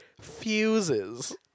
fuses